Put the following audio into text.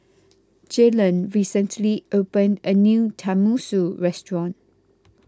Jalen recently opened a new Tenmusu Restaurant